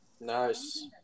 Nice